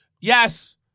Yes